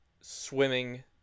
swimming